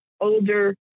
older